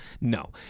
No